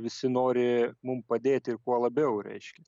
visi nori mum padėti ir kuo labiau reiškia